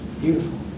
beautiful